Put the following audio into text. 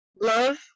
love